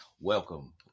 Welcome